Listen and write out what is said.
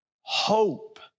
hope